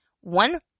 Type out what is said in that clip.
One